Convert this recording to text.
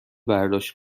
برداشت